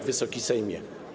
Wysoki Sejmie!